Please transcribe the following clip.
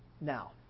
now